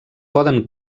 poden